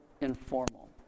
informal